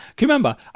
remember